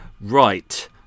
right